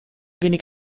wenig